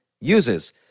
uses